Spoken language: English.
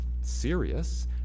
serious